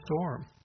storm